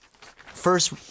first